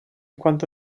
quanto